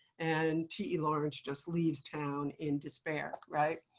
and te lawrence just leaves town in despair.